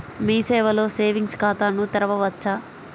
మీ సేవలో సేవింగ్స్ ఖాతాను తెరవవచ్చా?